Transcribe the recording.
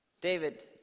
David